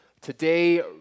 today